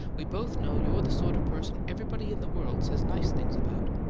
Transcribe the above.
we both know you're the sort of person everybody in the world says nice things about.